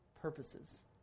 purposes